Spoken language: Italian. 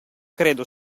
credo